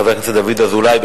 חבר הכנסת דוד אזולאי,